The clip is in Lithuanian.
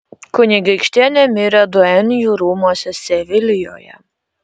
kunigaikštienė mirė duenjų rūmuose sevilijoje